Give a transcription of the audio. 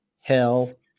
Hell